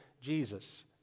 Jesus